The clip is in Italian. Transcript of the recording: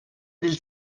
del